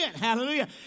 hallelujah